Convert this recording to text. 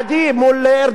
הוא יעיד בעדי,